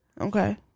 Okay